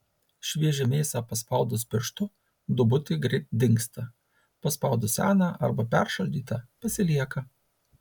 šviežią mėsą paspaudus pirštu duobutė greit dingsta paspaudus seną arba peršaldytą pasilieka